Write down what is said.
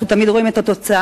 אנחנו תמיד רואים את התוצאה,